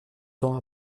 temps